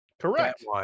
Correct